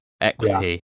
equity